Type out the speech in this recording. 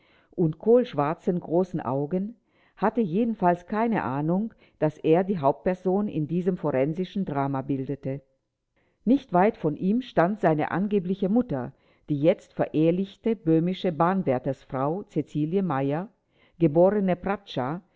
und kohlschwarzen großen augen hatte jedenfalls keine ahnung daß er die hauptperson in diesem forensischen drama bildete nicht weit von ihm stand seine angebliche mutter die jetzt verehelichte böhmische bahnwärtersfrau cäcilie meyer geborene